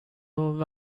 vad